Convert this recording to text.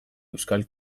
euskal